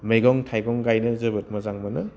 मैगं थाइगं गायनो मोजां मोनो